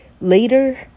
later